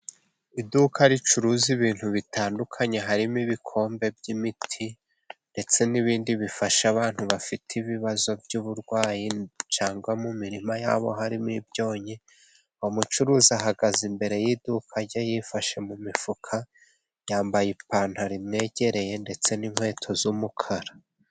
Iduka ricuruza ibintu bitandukanye harimo ibikombe by'imiti， ndetse n'ibindi bifasha abantu bafite ibibazo by'uburwayi，cyangwa mu mirima yabo harimo ibyonnyi， umucuruzi ahagaze imbere y'iduka rye，yifashe mu mifuka， yambaye ipantaro yegereye ndetse n'inkweto z'umukara.